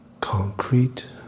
concrete